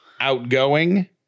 outgoing